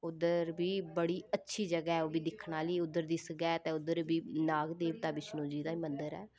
उद्धर बी बड़ी अच्छी जगह् ऐ ओह् बी दिक्खने आह्ली उद्धर दी सकैत ऐ उद्धर बी नाग देवता बिश्णु जी दा ई मंदर ऐ